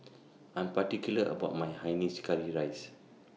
I'm particular about My Hainanese Curry Rice